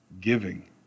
giving